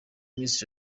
miss